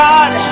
God